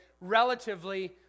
relatively